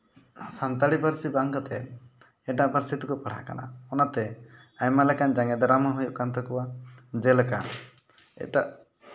ᱥᱟᱱᱛᱟᱲᱤ ᱯᱟᱹᱨᱥᱤ ᱵᱟᱝ ᱠᱟᱛᱮ ᱮᱴᱟᱜ ᱯᱟᱹᱨᱥᱤ ᱛᱮᱠᱚ ᱯᱟᱲᱦᱟᱜ ᱠᱟᱱᱟ ᱚᱱᱟᱛᱮ ᱟᱭᱢᱟ ᱞᱮᱠᱟᱱ ᱡᱟᱸᱜᱮ ᱫᱟᱨᱟᱢ ᱦᱚᱸ ᱦᱩᱭᱩᱜ ᱠᱟᱱ ᱛᱟᱠᱚᱣᱟ ᱡᱮᱞᱮᱠᱟ ᱮᱴᱟᱜ